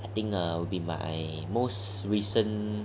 I think err it would be my most recent